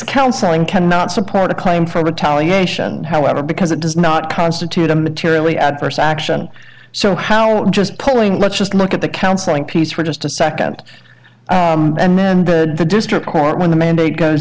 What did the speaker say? counseling cannot support a claim for retaliation however because it does not constitute a materially adverse action so how just calling let's just look at the counseling piece for just a second and the district court when the mandate goes